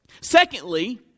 Secondly